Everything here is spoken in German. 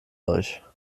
euch